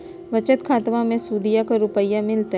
बचत खाताबा मे सुदीया को रूपया मिलते?